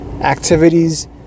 activities